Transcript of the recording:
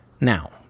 Now